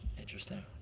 Interesting